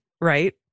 right